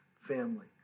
family